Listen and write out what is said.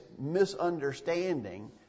misunderstanding